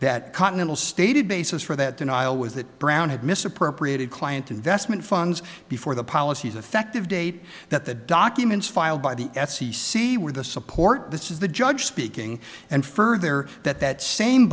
that cotton stated basis for that denial was that brown had misappropriated client investment funds before the policies effective date that the documents filed by the f c c were the support this is the judge speaking and further that that same